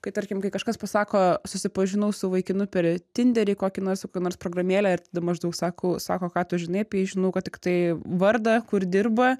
kai tarkim kai kažkas pasako susipažinau su vaikinu per tinderį kokį nors kokią nors programėlę ir tada maždaug sako sako ką tu žinai apie jį žinau ką tiktai vardą kur dirba